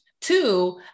Two